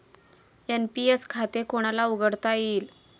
NPS खाते कोणाला उघडता येईल?